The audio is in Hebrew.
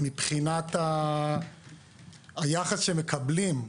מבחינת היחס שהם מקבלים,